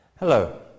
Hello